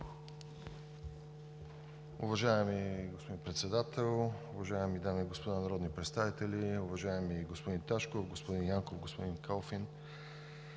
Уважаеми господин Председател, уважаеми дами и господа народни представители, уважаеми господин Ташков, господин Янков, господин Калфин!